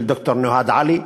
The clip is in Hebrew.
של ד"ר נוהאד עלי,